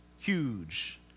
huge